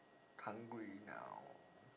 hungry now